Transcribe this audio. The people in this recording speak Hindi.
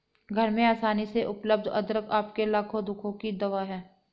घर में आसानी से उपलब्ध अदरक आपके लाखों दुखों की दवा है